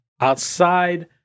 outside